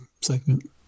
segment